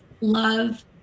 love